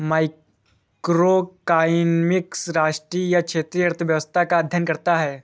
macroeconomics राष्ट्रीय या क्षेत्रीय अर्थव्यवस्था का अध्ययन करता है